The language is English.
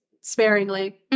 sparingly